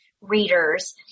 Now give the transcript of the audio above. readers